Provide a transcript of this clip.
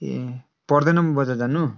ए पर्दैन म बजार जानु